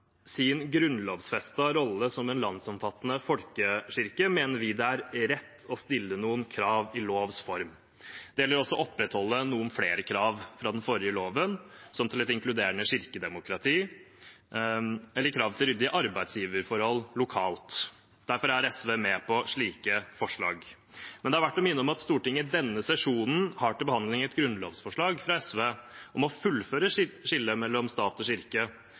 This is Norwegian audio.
sin grunnlovfestede rolle som en landsomfattende folkekirke, mener vi det er rett å stille noen krav i lovs form. Det gjelder også å opprettholde noen flere krav fra den forrige loven, som et inkluderende kirkedemokrati eller krav til ryddige arbeidsgiverforhold lokalt. Derfor er SV med på slike forslag. Men det er verdt å minne om at Stortinget i denne sesjonen har til behandling et grunnlovsforslag fra SV om å fullføre skillet mellom stat og kirke.